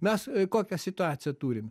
mes kokią situaciją turim